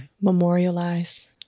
Memorialize